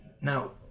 Now